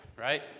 right